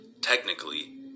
Technically